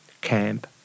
camp